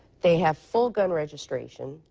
they have full gun registration.